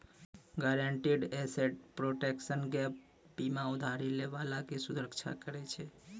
guaranteed asset protection gap बीमा उधारी लै बाला के सुरक्षा करै छै